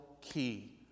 key